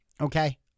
okay